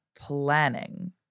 planning